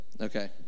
Okay